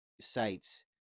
sites